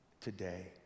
today